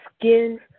skin